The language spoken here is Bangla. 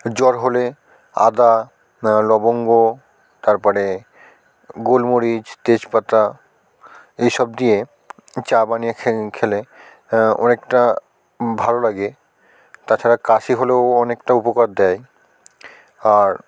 জ্বর হলে আদা লবঙ্গ তারপরে গোলমরিচ তেজপাতা এসব দিয়ে চা বানিয়ে খেলে ওর একটা ভালো লাগে তাছাড়া কাশি হলেও অনেকটা উপকার দেয় আর